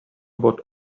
about